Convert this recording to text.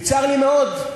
וצר לי מאוד,